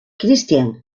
christian